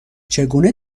چگونه